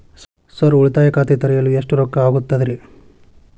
Sir ಉಳಿತಾಯ ಖಾತೆ ತೆರೆಯಲು ಎಷ್ಟು ರೊಕ್ಕಾ ಆಗುತ್ತೇರಿ?